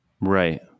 right